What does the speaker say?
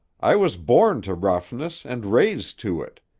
i was born to roughness and raised to it.